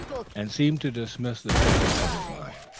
and seemed to dismiss the subject from his mind.